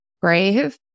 brave